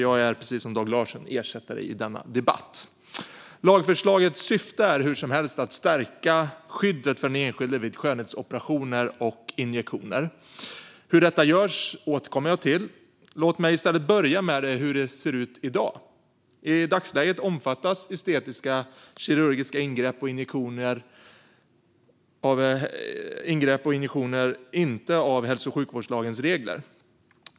Jag är alltså, precis som Dag Larsson, ersättare i denna debatt. Syftet med lagförslaget är att stärka skyddet för den enskilde vid skönhetsoperationer och injektioner. Hur detta görs återkommer jag till. Låt mig i stället börja med hur det ser ut i dag. I dagsläget omfattas inte estetiska kirurgiska ingrepp och injektioner av hälso och sjukvårdslagens regler.